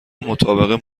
مطابق